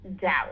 doubt